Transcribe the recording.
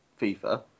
FIFA